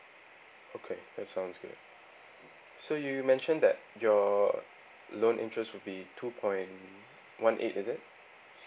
okay that sounds good so you mentioned that your loan interest would be two point one eight is it